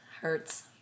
hurts